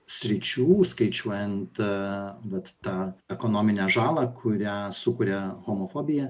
sričių skaičiuojant vat tą ekonominę žalą kurią sukuria homofobija